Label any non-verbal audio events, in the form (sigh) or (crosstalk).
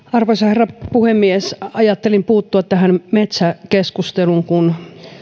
(unintelligible) arvoisa herra puhemies ajattelin puuttua tähän metsäkeskusteluun kun muun muassa